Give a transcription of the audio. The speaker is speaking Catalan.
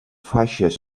faixes